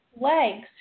legs